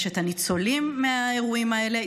יש את הניצולים מהאירועים האלה,